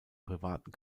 privaten